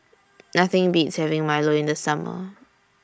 Nothing Beats having Milo in The Summer